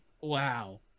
wow